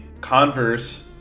Converse